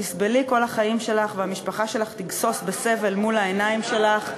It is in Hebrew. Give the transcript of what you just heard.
"שתסבלי כל החיים שלך והמשפחה שלך תגסוס בסבל מול העיניים שלך".